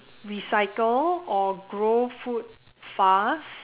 recycle or grow food fast